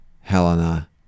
helena